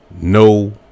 No